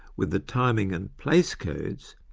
with the timing and place codes,